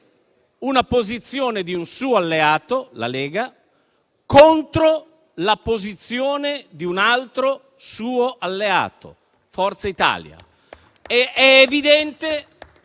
la posizione di un suo alleato, la Lega, contro la posizione di un altro suo alleato, Forza Italia.